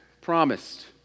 promised